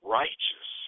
righteous